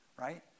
right